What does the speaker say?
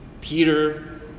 Peter